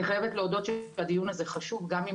אני חייבת להודות שהדיון הזה חשוב גם אם